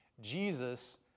Jesus